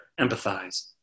empathize